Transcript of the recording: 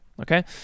okay